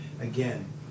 Again